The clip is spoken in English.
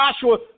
Joshua